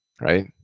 right